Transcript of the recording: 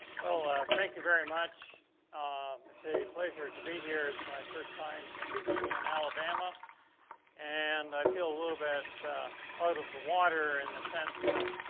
well, thank you very much um it's a pleasure to be here. it's my first time speaking in alabama and i feel a little bit out of the water in the sense